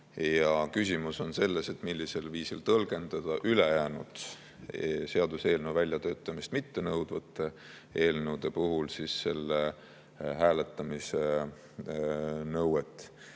Küsimus on selles, millisel viisil tõlgendada ülejäänud, seaduseelnõu väljatöötamist mittenõudvate eelnõude puhul seda hääletamise nõuet.